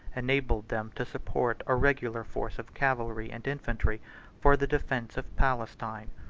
enabled them to support a regular force of cavalry and infantry for the defence of palestine.